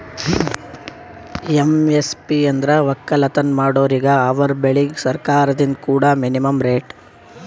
MSP ಅಂದ್ರ ವಕ್ಕಲತನ್ ಮಾಡೋರಿಗ ಅವರ್ ಬೆಳಿಗ್ ಸರ್ಕಾರ್ದಿಂದ್ ಕೊಡಾ ಮಿನಿಮಂ ರೇಟ್